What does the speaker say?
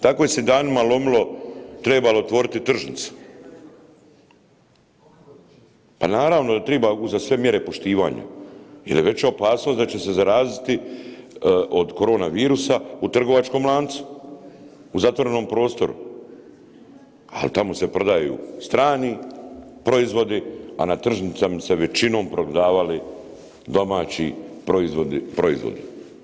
Tako je se danima lomilo treba li otvoriti tržnice, pa naravno da triba uza sve mjere poštivanja jer je veća opasnost da će se zaraziti od korona virusa u trgovačkom lancu u zatvorenom prostoru, ali tamo se prodaju strani proizvodi, a na tržnicama se većinom prodavali domaći proizvodi.